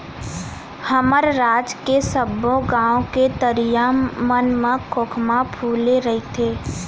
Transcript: हमर राज के सबो गॉंव के तरिया मन म खोखमा फूले रइथे